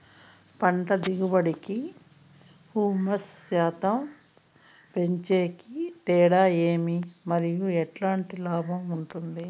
పంట దిగుబడి కి, హ్యూమస్ శాతం పెంచేకి తేడా ఏమి? మరియు ఎట్లాంటి లాభం ఉంటుంది?